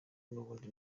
n’ubundi